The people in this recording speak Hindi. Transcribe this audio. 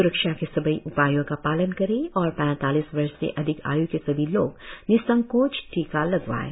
सुरक्षा के सभी उपायों का पालन करें और पैतालीस वर्ष से अधिक आय के सभी लोग निसंकोच टीका लगवाएं